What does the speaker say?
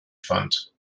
fand